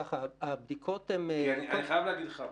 כי אני חייב להגיד לך,